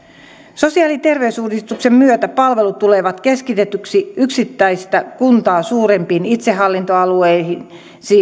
sosiaali ja terveysuudistuksen myötä palvelut tulevat keskitetyiksi yksittäistä kuntaa suurempiin itsehallintoalueisiin